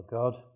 God